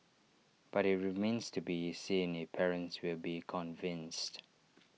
but IT remains to be seen if parents will be convinced